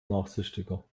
nachsichtiger